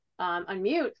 unmute